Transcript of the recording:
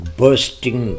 bursting